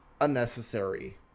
unnecessary